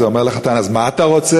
אז הוא אומר לחתן: אז מה אתה רוצה?